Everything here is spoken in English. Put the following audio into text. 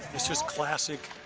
it's just classic,